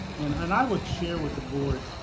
and and i would share with the board,